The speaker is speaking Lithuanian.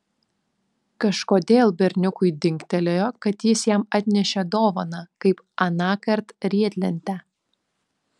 kažkodėl berniukui dingtelėjo kad jis jam atnešė dovaną kaip anąkart riedlentę